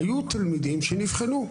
היו תלמידים שנבחנו,